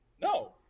No